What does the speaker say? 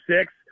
Six